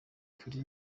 kuri